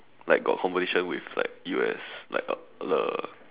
like got competition with like U_S like uh the